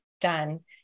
done